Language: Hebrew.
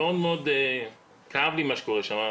של צורך שמצד אחד הנגשה מספקת לציבור של מקומות מכירה,